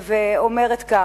והיא אומרת כך: